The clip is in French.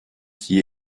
qui